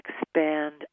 expand